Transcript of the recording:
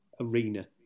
arena